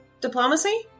Diplomacy